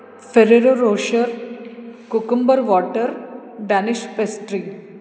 Ferrero Rocher cucumber water Danish pastry